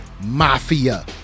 Mafia